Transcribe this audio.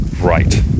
right